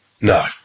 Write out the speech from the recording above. no